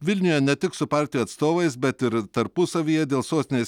vilniuje ne tik su partijų atstovais bet ir tarpusavyje dėl sostinės